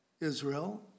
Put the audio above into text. Israel